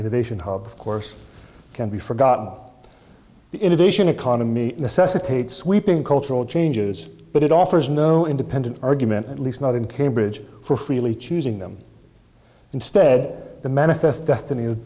innovation of course can be forgotten the innovation economy necessitates sweeping cultural changes but it offers no independent argument at least not in cambridge for freely choosing them instead the manifest destiny